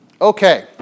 Okay